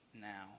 now